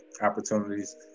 opportunities